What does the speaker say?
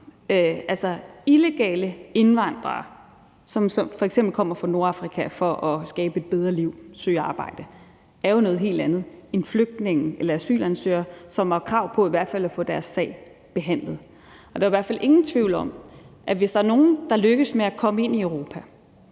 illegale indvandrere, som f.eks. kommer fra Nordafrika for at skabe et bedre liv og søge arbejde, er jo noget helt andet end flygtninge eller asylansøgere, som har krav på i hvert fald at få deres sag behandlet. Der er jo i hvert fald ingen tvivl om, at hvis der er nogen, der lykkes med at komme ind i Europa